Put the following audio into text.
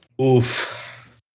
Oof